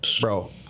Bro